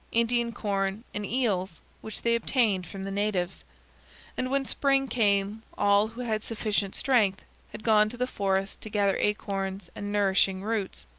indian corn, and eels which they obtained from the natives and when spring came all who had sufficient strength had gone to the forest to gather acorns and nourishing roots.